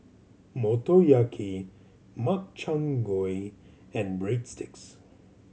Motoyaki Makchang Gui and Breadsticks